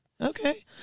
Okay